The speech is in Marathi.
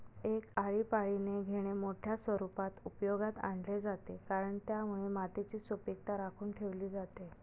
एक आळीपाळीने घेणे मोठ्या स्वरूपात उपयोगात आणले जाते, कारण त्यामुळे मातीची सुपीकता राखून ठेवली जाते